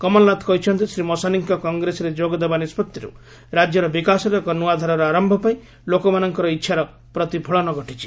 କମଲନାଥ କହିଛନ୍ତି ଶ୍ରୀ ମସାନୀଙ୍କ କଂଗ୍ରେସରେ ଯୋଗଦେବା ନିଷ୍ପଭିରୁ ରାଜ୍ୟରେ ବିକାଶର ଏକ ନ୍ତୁଆ ଧାରାର ଆରମ୍ଭ ପାଇଁ ଲୋକମାନଙ୍କର ଇଚ୍ଛାର ପ୍ରତିଫଳନ ଘଟିଛି